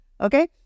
Okay